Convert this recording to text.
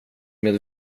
med